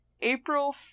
April